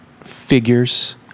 figures